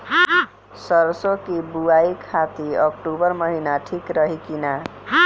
सरसों की बुवाई खाती अक्टूबर महीना ठीक रही की ना?